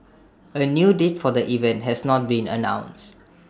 A new date for the event has not been announced